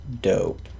Dope